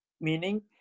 Meaning